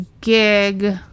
gig